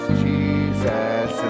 jesus